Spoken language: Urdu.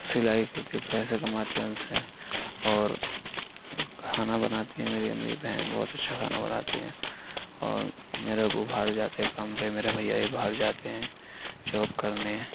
سلائی کر کے پیسے کماتی ہے ان سے اور کھانا بناتی ہیں میری امی بہن بہت اچھا کھانا بناتی ہیں اور میرے ابو باہر جاتے ہیں کام پہ میرے بھیا بھی باہر جاتے ہیں جاب کرنے